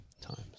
times